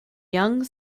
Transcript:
young